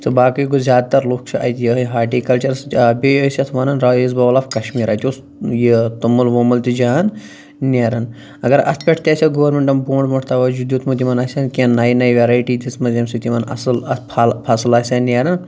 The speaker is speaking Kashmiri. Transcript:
تہٕ باقٕے گوٚو زیادٕ تر لوٗکھ چھِ اَتہِ یِہٲے ہارٹِیٖکَلچَرَس سۭتۍ آ بیٚیہِ ٲسۍ اَتھ وَنان رایِس باوٕل آف کَشمیٖر اَتہِ اوس یہِ توٚمُل ووٚمُل تہِ جان نیران اگر اَتھ پٮ۪ٹھ تہِ آسہِ ہا گورمِنٹَن بونٛٹھ بونٛٹھ تَوَجوٗ دیٛتمُت یِمن آسہِ ہان کینٛہہ نَیہِ نَیہِ ویرایٹی دِژمژ ییٚمہِ سۭتۍ یِمَن اصٕل اَتھ پھَل فصٕل آسہِ ہا نیران